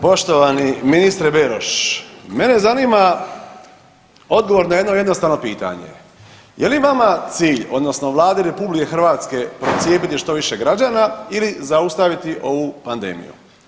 Poštovani ministre Beroš, mene zanima odgovor na jedno jednostavno pitanje, je li vama cilj odnosno Vladi RH procijepiti što više građana ili zaustaviti ovu pandemiju?